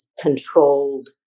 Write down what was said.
controlled